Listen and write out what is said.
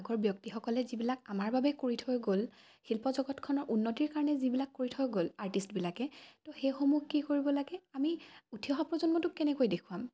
আগৰ ব্যক্তিসকলে যিবিলাক আমাৰ বাবে কৰি থৈ গ'ল শিল্প জগতখনৰ উন্নতিৰ কাৰণে যিবিলাক কৰি থৈ গ'ল আৰ্টিষ্টবিলাকে ত' সেইসমূহ কি কৰিব লাগে আমি উঠি অহা প্ৰজন্মটোক কেনেকৈ দেখুৱাম